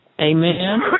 Amen